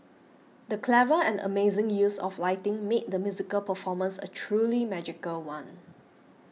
the clever and amazing use of lighting made the musical performance a truly magical one